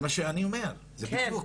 זה מה שאני אומר, בדיוק.